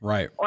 Right